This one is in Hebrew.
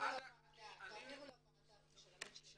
תעבירו למייל של הוועדה.